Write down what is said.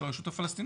של הרשות הפלסטינית,